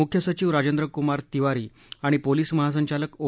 मुख्य सचिव राजेंद्र कुमार तिवारी आणि पोलिस महासंचालक ओ